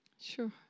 Sure